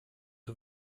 für